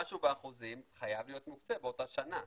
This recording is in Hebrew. מה שהוא באחוזים חייב להיות מוקצה באותה שנה,